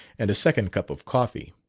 and a second cup of coffee.